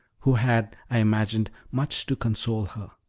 who had, i imagined, much to console her.